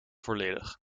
volledig